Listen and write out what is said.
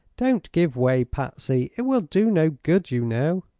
don't give way, patsy it will do no good, you know.